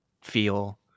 feel